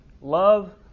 love